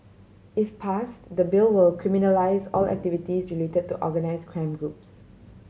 if passed the Bill will criminalise all activities related to organised crime groups